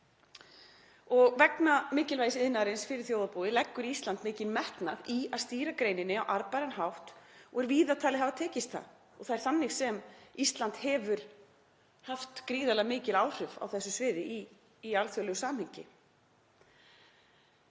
Vegna mikilvægis iðnaðarins fyrir þjóðarbúið leggur Ísland mikinn metnað í að stýra greininni á arðbæran hátt og er víða talið hafa tekist það. Þannig hefur Ísland haft gríðarlega mikil áhrif á þessu sviði í alþjóðlegu samhengi.